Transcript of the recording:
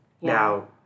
Now